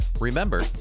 Remember